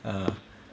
uh